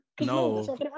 No